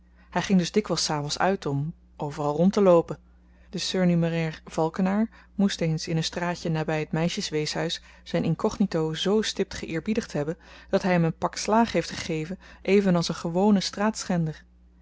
hy ging dus dikwyls s avends uit om overal rondteloopen de surnumerair valkenaar moet eens in een straatje naby t meisjesweeshuis zyn inkognito z stipt geëerbiedigd hebben dat hy hem een pak slaag heeft gegeven even als een gewonen